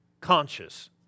conscious